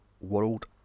World